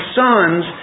sons